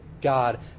God